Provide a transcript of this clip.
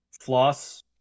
floss